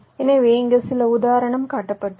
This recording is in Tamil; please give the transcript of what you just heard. எனவே இங்கே சில உதாரணம் காட்டப்பட்டுள்ளது